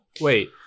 Wait